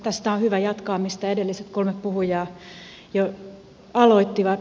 tästä on hyvä jatkaa mistä edelliset kolme puhujaa jo aloittivat